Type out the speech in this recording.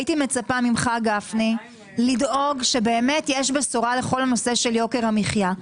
הייתי מצפה ממך גפני לדאוג שבאמת יש בשורה לכל הנושא של יוקר המחיה.